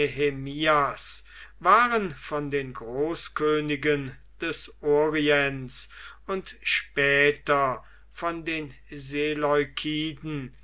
waren von den großkönigen des orients und später von den